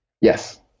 Yes